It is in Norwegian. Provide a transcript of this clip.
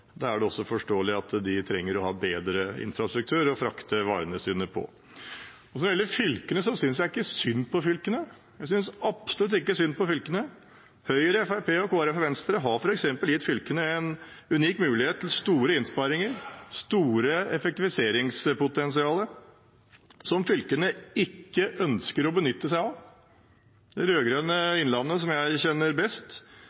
da er det også forståelig at de trenger en bedre infrastruktur å frakte varene sine på. Når det gjelder fylkene, synes jeg ikke synd på fylkene. Jeg synes absolutt ikke synd på fylkene. Høyre, Fremskrittspartiet, Kristelig Folkeparti og Venstre har f.eks. gitt fylkene en unik mulighet til store innsparinger, store effektiviseringspotensialer, som fylkene ikke ønsker å benytte seg av. I det